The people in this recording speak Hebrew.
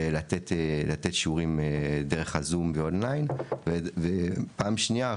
לתת שיעורים דרך הזום ואון ליין ופעם שנייה,